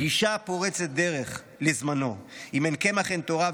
גישה פורצת דרך לזמנו: אם אין קמח אין תורה,